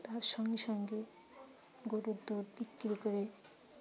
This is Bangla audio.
তার সঙ্গে সঙ্গে গরুর দুধ বিক্রি করে